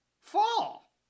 Fall